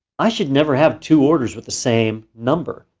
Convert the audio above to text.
i should never have two orders with the same number.